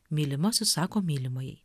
mylimasis sako mylimajai